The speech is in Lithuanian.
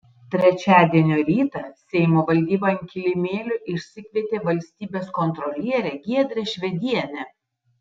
trečiadienio rytą seimo valdyba ant kilimėlio išsikvietė valstybės kontrolierę giedrę švedienę